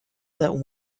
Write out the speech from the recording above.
that